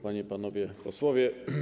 Panie, Panowie Posłowie!